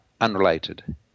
unrelated